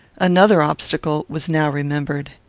another obstacle was now remembered.